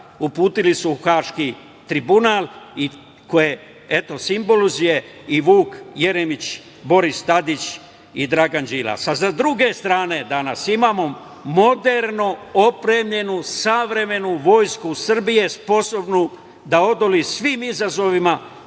uputili su u Haški tribunal i koje, eto, simbolizuje i Vuk Jeremić, Boris Tadić i Dragan Đilas. Sa druge strane, danas imamo moderno opremljenu, savremenu vojsku Srbije, sposobnu da odoli svim izazovima,